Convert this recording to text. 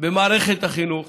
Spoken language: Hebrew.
במערכת החינוך